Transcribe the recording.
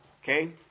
Okay